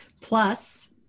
Plus